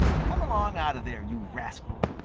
come along out of there, you rascal.